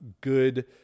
good